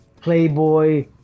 playboy